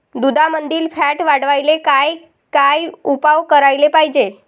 दुधामंदील फॅट वाढवायले काय काय उपाय करायले पाहिजे?